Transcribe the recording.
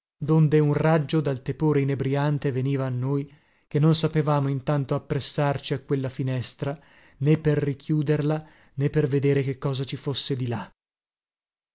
donde un raggio dal tepore inebriante veniva a noi che non sapevamo intanto appressarci a quella finestra né per richiuderla né per vedere che cosa ci fosse di là